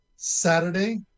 saturday